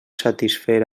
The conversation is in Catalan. satisfer